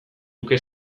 luke